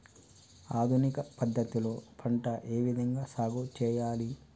ఆధునిక పద్ధతి లో పంట ఏ విధంగా సాగు చేయాలి?